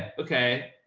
ah okay.